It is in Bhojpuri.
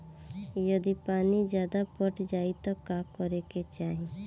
यदि पानी ज्यादा पट जायी तब का करे के चाही?